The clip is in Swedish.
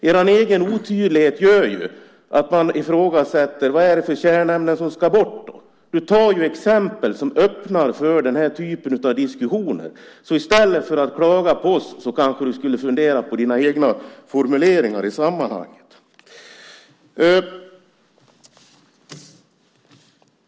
Er egen otydlighet gör ju att man frågar: Vad är det för kärnämnen som ska bort? Du tar exempel som öppnar för den typen av diskussioner. I stället för att klaga på oss kanske du skulle fundera på dina egna formuleringar i sammanhanget.